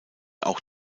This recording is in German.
auch